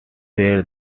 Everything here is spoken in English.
were